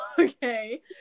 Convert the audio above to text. Okay